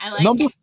number